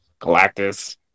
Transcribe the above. galactus